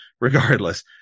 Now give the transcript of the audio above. regardless